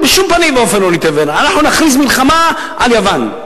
בשום פנים לא נתייוון, אנחנו נכריז מלחמה על יוון.